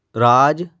ਰਾਜ